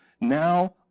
now